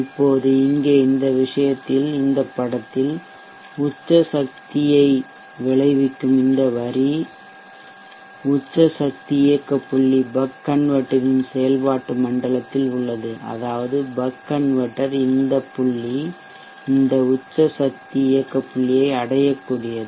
இப்போது இங்கே இந்த விஷயத்தில் இந்த படத்தில் உச்ச சக்தியை விளைவிக்கும் இந்த வரி உச்ச சக்தி இயக்க புள்ளி பக் கன்வெர்ட்டர் இன் செயல்பாட்டு மண்டலத்தில் உள்ளது அதாவது பக் கன்வெர்ட்டர் இந்த புள்ளி இந்த உச்ச சக்தி இயக்க புள்ளியை அடையக்கூடியது